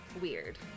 weird